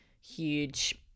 huge